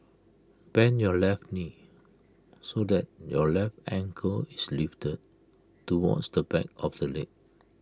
bend your left knee so that your left ankle is lifted towards the back of the leg